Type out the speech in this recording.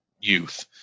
youth